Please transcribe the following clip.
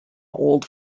old